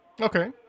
Okay